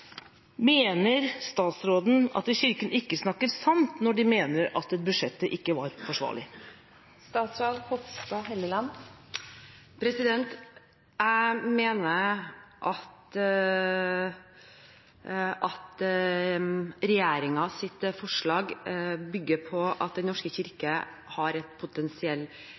Mener statsråden at Kirken ikke snakker sant når de mener at budsjettet ikke var forsvarlig? Jeg mener at regjeringens forslag bygger på at Den norske kirke har et